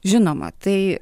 žinoma tai